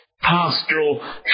pastoral